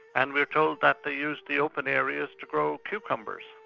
and we are told that they used the open areas to grow cucumbers,